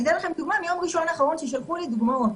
אני אתן לכם דוגמה מיום ראשון האחרון ששלחו לי דוגמאות.